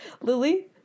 Lily